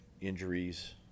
injuries